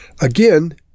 Again